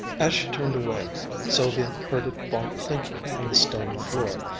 as she turned away sylvia heard it fall clinking on the stone floor.